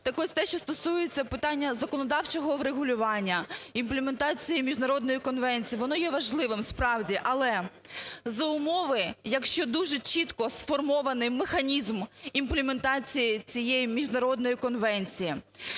Так ось, те, що стосується питання законодавчого врегулювання, імплементації міжнародної конвенції, воно є важливим справді, але за умови, якщо дуже чітко сформований механізм імплементації цієї міжнародної конвенції.